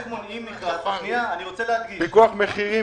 פיקוח מחירים.